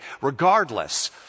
regardless